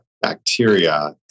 bacteria